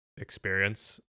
experience